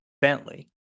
bentley